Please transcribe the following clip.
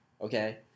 okay